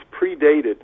predated